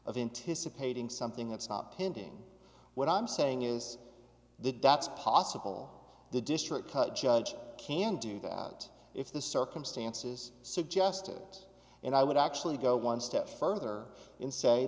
of anticipation something that's not pending what i'm saying is that that's possible the district cut judge can do that if the circumstances suggest it and i would actually go one step further in say